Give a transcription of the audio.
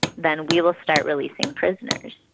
then we will start releasing prisoners.